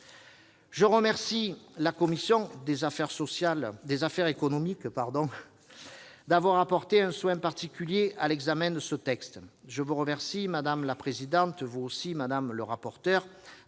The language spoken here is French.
Je remercie la commission des affaires économiques d'avoir apporté un soin particulier à l'examen de ce texte. Je vous remercie, madame la présidente de la commission, madame le rapporteur,